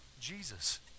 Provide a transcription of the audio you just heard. jesus